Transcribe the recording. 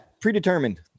predetermined